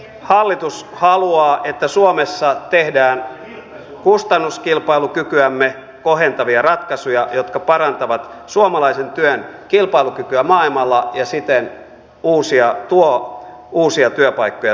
hallitus haluaa että suomessa tehdään kustannuskilpailukykyämme kohentavia ratkaisuja jotka parantavat suomalaisen työn kilpailukykyä maailmalla ja siten tuovat uusia työpaikkoja suomalaisille